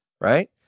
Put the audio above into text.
Right